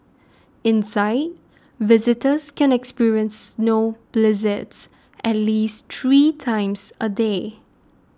inside visitors can experience snow blizzards at least three times a day